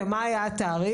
ומה היה התאריך?